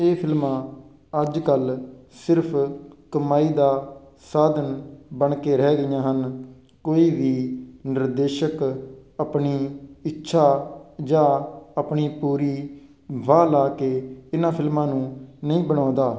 ਇਹ ਫਿਲਮਾਂ ਅੱਜ ਕੱਲ ਸਿਰਫ ਕਮਾਈ ਦਾ ਸਾਧਨ ਬਣ ਕੇ ਰਹਿ ਗਈਆਂ ਹਨ ਕੋਈ ਵੀ ਨਿਰਦੇਸ਼ਕ ਆਪਣੀ ਇੱਛਾ ਜਾਂ ਆਪਣੀ ਪੂਰੀ ਵਾਹ ਲਾ ਕੇ ਇਹਨਾਂ ਫਿਲਮਾਂ ਨੂੰ ਨਹੀਂ ਬਣਾਉਣਦਾ